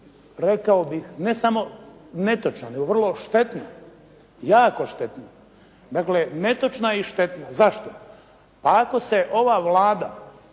rekao bih ne samo netočan nego vrlo štetan, jako štetan. Dakle, netočna i štetna. Zašto? Pa ako se ova Vlada